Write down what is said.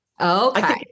Okay